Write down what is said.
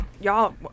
y'all